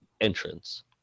entrance